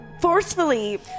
forcefully